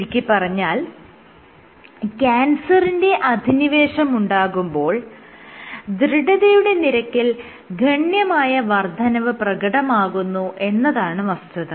ചുരുക്കിപ്പറഞ്ഞാൽ ക്യാൻസറിന്റെ അധിനിവേശമുണ്ടാകുമ്പോൾ ദൃഢതയുടെ നിരക്കിൽ ഗണ്യമായ വർദ്ധനവ് പ്രകടമാകുന്നു എന്നതാണ് വസ്തുത